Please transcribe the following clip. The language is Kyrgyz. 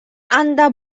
анда